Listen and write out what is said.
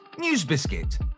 NewsBiscuit